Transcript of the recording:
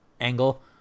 angle